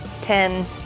Ten